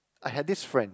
I had this friend